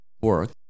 work